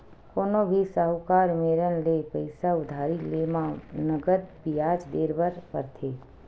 कोनो भी साहूकार मेरन ले पइसा उधारी लेय म नँगत बियाज देय बर परथे